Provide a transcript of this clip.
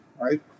right